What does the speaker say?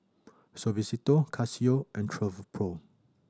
Suavecito Casio and Travelpro